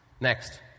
Next